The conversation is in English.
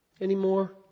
Anymore